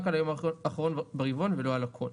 על היום האחרון ברבעון ולא על הכול.